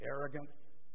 Arrogance